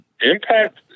Impact